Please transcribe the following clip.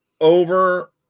over